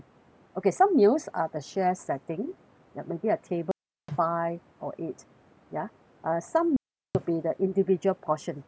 okay some meals are the share setting yup maybe a table of five or eight ya uh some meals could be the individual portion